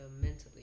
mentally